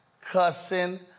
cussing